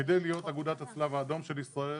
כדי להיות אגודת הצלב האדום של ישראל